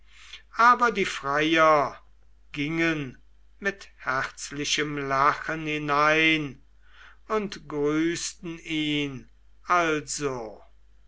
aber die freier gingen mit herzlichem lachen hinein und grüßten ihn